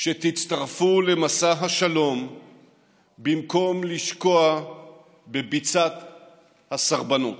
שתצטרפו למסע השלום במקום לשקוע בביצת הסרבנות.